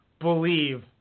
believe